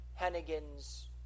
Hennigan's